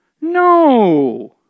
no